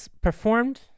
performed